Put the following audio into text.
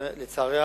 לצערי,